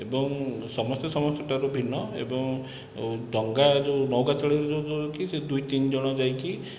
ଏବଂ ସମସ୍ତେ ସମସ୍ତ ଠାରୁ ଭିନ୍ନ ଏବଂ ଡଙ୍ଗା ଯେଉଁ ନୌକା ଚଳେଇକି ଯାଇକି ଦୁଇ ତିନିଜଣ ଯାଇକି